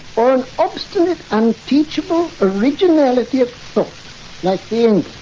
or an obstinate unteachable originality of thought like